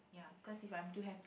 ya cause if I'm too happy